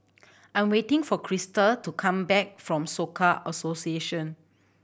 I'm waiting for Christa to come back from Soka Association